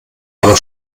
aber